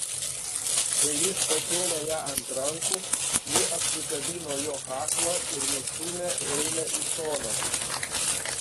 kai jis pakėlė ją ant rankų ji apsikabino jo kaklą ir nustūmė heilę į šoną